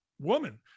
woman